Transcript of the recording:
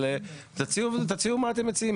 אבל תציעו מה שאתם מציעים.